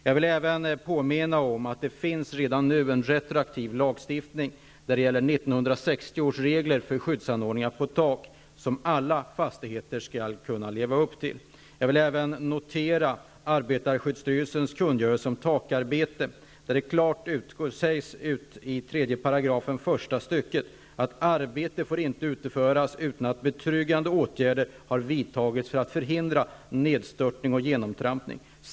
Jag vill även påminna om att det redan nu finns en retroaktiv lagstiftning. 1960 års regler för skyddsanordningar på tak skall alla fastigheter kunna leva upp till. Jag vill även hänvisa till arbetarskyddsstyrelsens kungörelse om takarbete, där det klart sägs ut i 3 §, första stycket, att arbete inte får utföras utan att betryggande åtgärder har vidtagits för att förhindra nedstörtning och genomtrampning.